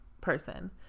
person